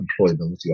employability